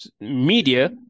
media